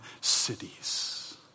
cities